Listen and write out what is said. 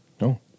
No